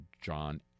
John